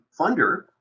funder